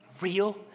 Real